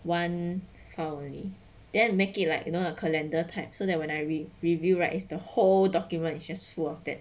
one file only then make it like you know the calendar type so that when I read review right is the whole document is just full of that